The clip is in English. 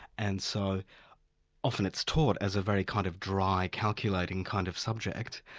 and so often it's taught as a very kind of dry, calculating kind of subject,